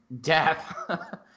death